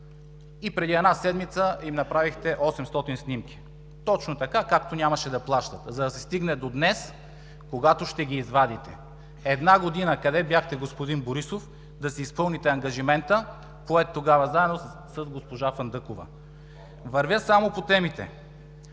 и преди една седмица им направихте 800 снимки – точно така, както нямаше да плащат. За да се стигне до днес, когато ще ги извадите. Една година къде бяхте, господин Борисов, да си изпълните ангажимента, поет тогава, заедно с госпожа Фандъкова? МИНИСТЪР-ПРЕДСЕДАТЕЛ